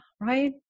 right